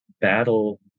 battle